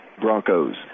Broncos